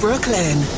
Brooklyn